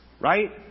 right